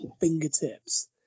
fingertips